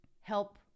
help